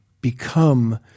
become